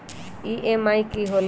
EMI की होला?